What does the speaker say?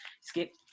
Skip